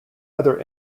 other